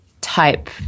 type